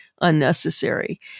unnecessary